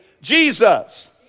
Jesus